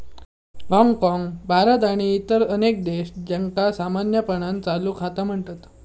हाँगकाँग, भारत आणि इतर अनेक देश, त्यांका सामान्यपणान चालू खाता म्हणतत